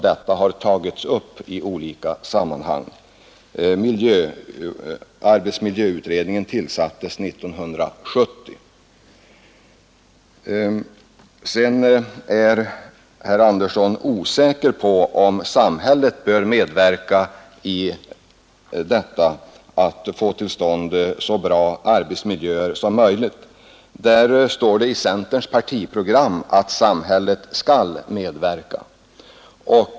Herr Andersson i Billingsfors är osäker på om samhället bör medverka när det gäller att skapa så bra arbetsmiljöer som möjligt. I centerpartiets partiprogram står att samhället skall medverka.